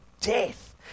death